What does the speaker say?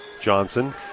Johnson